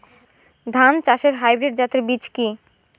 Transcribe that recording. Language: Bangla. ধান চাষের হাইব্রিড জাতের বীজ কি?